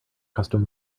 custom